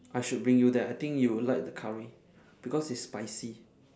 I should bring you there I think you will like the curry because it's spicy